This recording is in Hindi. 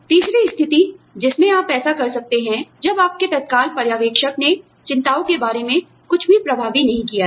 तीसरी स्थिति जिसमें आप ऐसा कर सकते हैं जब आपके तत्काल पर्यवेक्षक ने चिंताओं के बारे में कुछ भी प्रभावी नहीं किया है